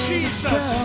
Jesus